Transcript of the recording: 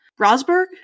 Rosberg